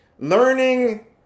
learning